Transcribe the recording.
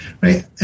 right –